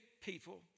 people